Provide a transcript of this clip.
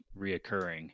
reoccurring